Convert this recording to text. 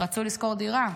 רצו לשכור דירה,